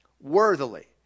worthily